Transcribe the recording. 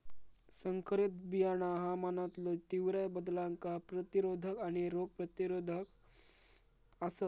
संकरित बियाणा हवामानातलो तीव्र बदलांका प्रतिरोधक आणि रोग प्रतिरोधक आसात